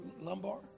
lumbar